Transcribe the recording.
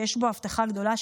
שיש בו הבטחה גדולה,